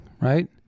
right